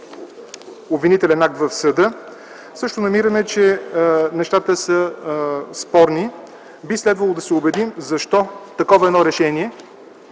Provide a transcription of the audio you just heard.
обвинителен акт в съда също намираме, че нещата са спорни. Би следвало да се убедим защо едно такова решение,